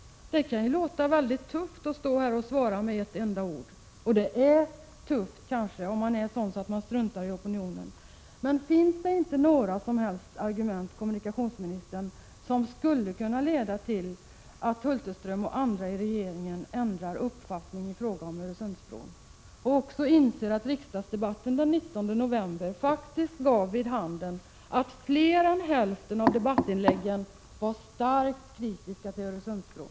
Det kan låta väldigt tufft att stå här och svara med ett enda ord. Det är tufft, om man nu struntar i opinionen. Finns det inte några som helst argument som skulle kunna leda till att kommunikationsministern och andra i regeringen ändrar uppfattning i fråga om Öresundsbron och också inser att riksdagsdebatten den 19 november faktiskt gav vid handen att fler än hälften av debattinläggen var starkt kritiska till Öresundsbron?